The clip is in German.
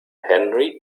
henry